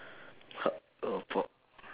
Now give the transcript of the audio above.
how about